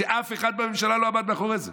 שאף אחד לא עמד מאחורי זה,